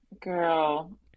girl